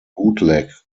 bootleg